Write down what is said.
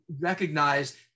recognize